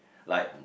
like